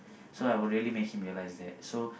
so I would really make him realise that